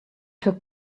took